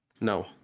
No